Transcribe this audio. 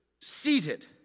seated